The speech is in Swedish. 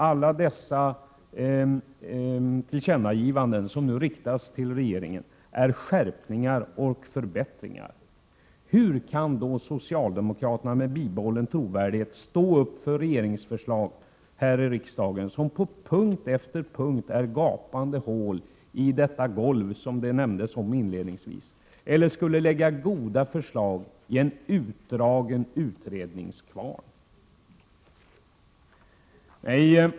Alla de tillkännagivanden som nu riktas till regeringen är skärpningar och förbättringar. Hur kan då socialdemokraterna med bibehållen trovärdighet stå upp för regeringsförslag här i riksdagen, vilka på punkt efter punkt är gapande hål i det golv som det talades om inledningsvis — eller lägga goda förslag i en utdragen utredningskvarn?